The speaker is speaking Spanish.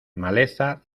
maleza